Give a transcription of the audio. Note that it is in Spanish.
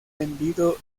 vendido